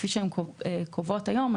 כפי שהן קובעות היום.